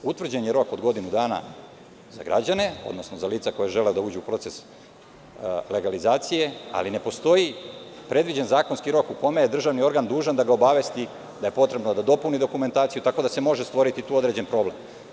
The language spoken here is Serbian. Utvrđen je rok od godinu dana za građane, odnosno za lica koja žele da uđu u proces legalizacije, ali ne postoji predviđen zakonski rok u kome je državni organ dužan da ga obavesti da je potrebno da dopuni dokumentaciju, tako da se može stvoriti tu određen problem.